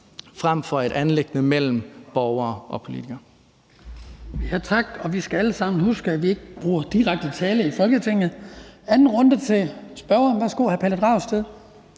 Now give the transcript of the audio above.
frem for et anliggende mellem borgerne og politikerne.